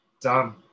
done